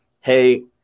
hey